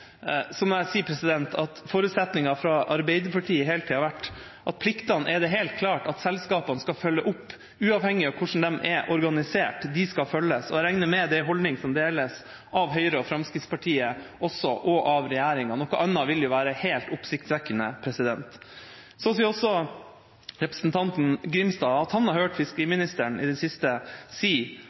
at forutsetninga fra Arbeiderpartiet hele tida har vært at pliktene er det helt klart at selskapene skal følge opp, uavhengig av hvordan de er organisert. De skal følges opp, og jeg regner med at det er en holdning som deles av Høyre og Fremskrittspartiet også, og av regjeringa. Noe annet ville være helt oppsiktsvekkende. Så sier også representanten Grimstad at han har hørt fiskeriministeren i det siste si